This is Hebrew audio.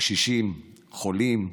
קשישים, חולים,